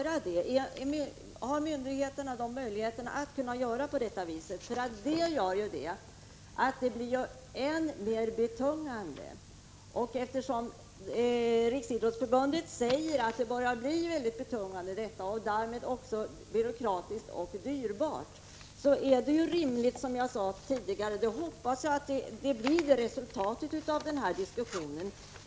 Har verkligen myndigheterna möjlighet att göra på det viset? Detta medför ju att det blir än mer kostsamt för idrottsföreningarna att rätta sig efter regeringsrättens dom. Riksidrottsförbundet har sagt att det blir mycket betungande för idrottsföreningarna om de skall betala arbetsgivaravgifter för spelarersättningar. Det blir dessutom byråkratiskt och dyrbart. Därför är det rimligt att det görs en total översyn, och jag hoppas att det blir resultatet av denna diskussion.